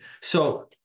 So-